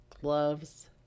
gloves